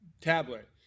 tablet